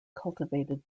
cultivated